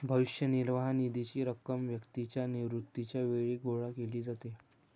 भविष्य निर्वाह निधीची रक्कम व्यक्तीच्या निवृत्तीच्या वेळी गोळा केली जाते